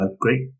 great